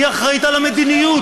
היא אחראית למדיניות,